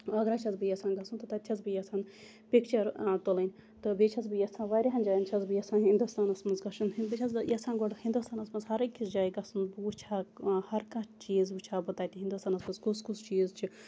آگرا چھَس بہٕ یَژھان گَژھُن تہٕ تَتہِ چھَس بہٕ یَژھان پِکچَر تُلٕنۍ تہٕ بیٚیہِ چھَس بہٕ یَژھان واریَہَن جایَن چھَس بہٕ یَژھان ہِندُستانَس مَنٛز گَژھُن بہٕ چھَس یَژھان گۄڈٕ ہِندُستانَس مَنٛز ہَر أکِس جایہِ گَژھُن بہٕ وٕچھ ہا ہر کانٛہہ چیٖز وٕچھ ہا بہٕ تَتہٕ ہِندُستانَس مَنٛز کُس کُس چیٖز چھُ